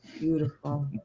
beautiful